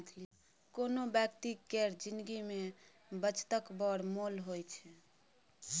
कोनो बेकती केर जिनगी मे बचतक बड़ मोल होइ छै